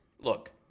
Look